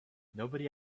nobody